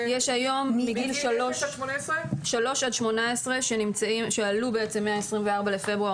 מגיל אפס עד 18. מגיל 3 עד 18 שעלו מה-24 בפברואר